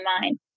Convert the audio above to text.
mind